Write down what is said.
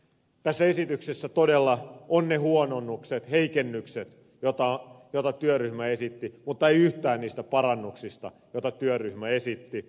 tässä esityksessä todella on ne huononnukset heikennykset joita työryhmä esitti mutta ei yhtään niistä parannuksista joita työryhmä esitti